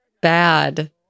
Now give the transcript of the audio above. bad